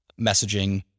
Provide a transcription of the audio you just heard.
messaging